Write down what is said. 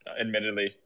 admittedly